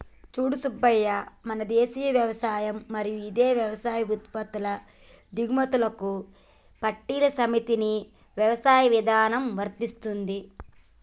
సూడు సూబ్బయ్య మన దేసీయ యవసాయం మరియు ఇదే యవసాయ ఉత్పత్తుల దిగుమతులకు సట్టిల సమితిని యవసాయ ఇధానం ఇవరిస్తుంది